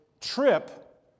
trip